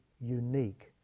unique